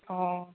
অঁ